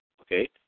Okay